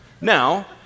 Now